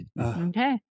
Okay